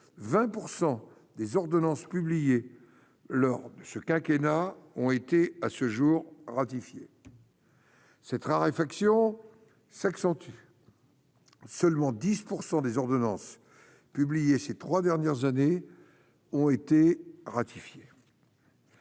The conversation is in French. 20 % des ordonnances publiée lors de ce quinquennat ont été à ce jour ratifié. Cette raréfaction s'accentue, seulement 10 % des ordonnances publiées ces 3 dernières années ont été ratifiées.